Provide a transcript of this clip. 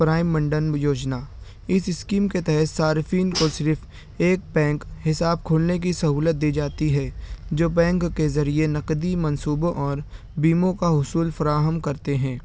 prime منڈنب یوجنا اس اسکیم کے تحت صارفین کو صرف ایک بینک حساب کھولنے کی سہولت دی جاتی ہے جو بینک کے ذریعے نقدی منصوبوں اور بیموں کا حصول فراہم کرتے ہیں